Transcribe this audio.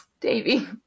Davy